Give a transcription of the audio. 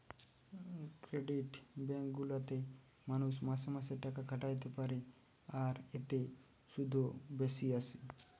credit bank গুলা তে মানুষ মাসে মাসে টাকা খাটাতে পারে আর এতে শুধও বেশি আসে